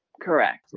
Correct